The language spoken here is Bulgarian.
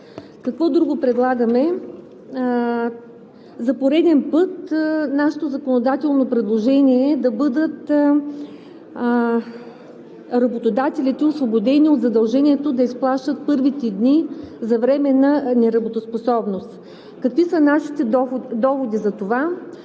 Какво друго предлагаме? За пореден път нашето законодателно предложение е да бъдат работодателите освободени от задължението да изплащат първите дни за временна неработоспособност. Какви са нашите доводи за това?